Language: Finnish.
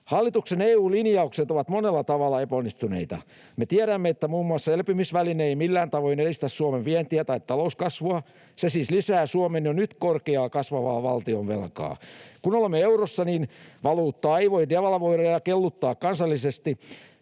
Hallituksen EU-linjaukset ovat monella tavalla epäonnistuneita. Me tiedämme, että muun muassa elpymisväline ei millään tavoin edistä Suomen vientiä tai talouskasvua. Se siis lisää Suomen jo nyt korkeaa, kasvavaa valtionvelkaa. Kun olemme eurossa, niin valuuttaa ei voi devalvoida ja kelluttaa kansallisesti